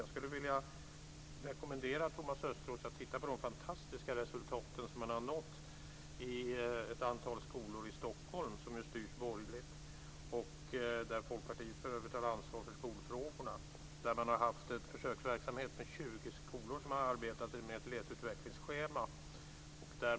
Jag skulle vilja rekommendera Thomas Östros att titta på de fantastiska resultat som man har nått i ett antal skolor i Stockholm, som är borgerligt styrt och där Folkpartiet för övrigt har ansvar för skolfrågorna. Man har haft en försöksverksamhet med 20 skolor som har arbetat med ett läsutvecklingsschema.